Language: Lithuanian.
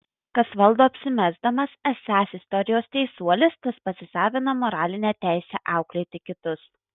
kas valdo apsimesdamas esąs istorijos teisuolis tas pasisavina moralinę teisę auklėti kitus